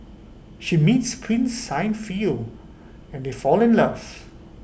she meets prince Siegfried and they fall in love